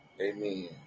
amen